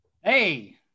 hey